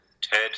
Ted